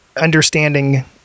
understanding